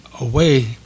away